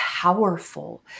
powerful